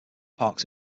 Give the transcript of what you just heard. parks